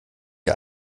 die